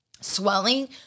swelling